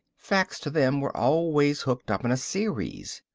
facts to them were always hooked up in a series.